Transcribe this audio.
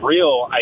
real